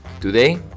Today